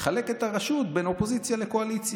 הוא מחלק את הרשות בין אופוזיציה לקואליציה.